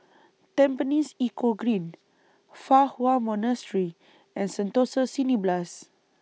Tampines Eco Green Fa Hua Monastery and Sentosa Cineblast